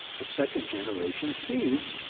the second generation seeds,